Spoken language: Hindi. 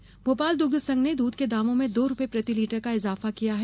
सांची दुध भोपाल दुग्धसंघ ने दुध के दाम में दो रूपये प्रतिलीटर का इजाफा किया है